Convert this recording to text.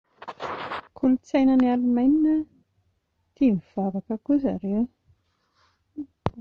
Ny kolotsaina any Alemaina tia mivavaka koa zareo